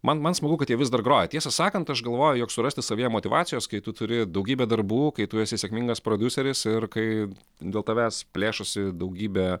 man man smagu kad jie vis dar groja tiesą sakant aš galvoju jog surasti savyje motyvacijos kai tu turi daugybę darbų kai tu esi sėkmingas prodiuseris ir kai dėl tavęs plėšosi daugybė